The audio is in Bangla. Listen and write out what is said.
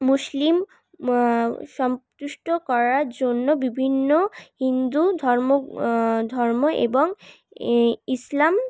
মুসলিম সন্তুষ্ট করার জন্য বিভিন্ন হিন্দু ধর্ম ধর্ম এবং ইসলাম